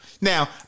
Now